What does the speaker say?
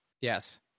yes